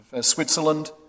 Switzerland